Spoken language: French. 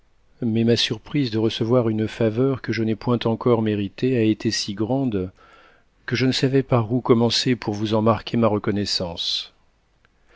mais ma surprise de recevoir une laveur que je n'ai point encore méritée a été si grande que je ne savais par où commencer pour vous en marquer ma reconnaissance